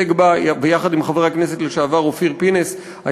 ויחד עם חבר הכנסת לשעבר אופיר פינס,